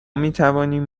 میتوانیم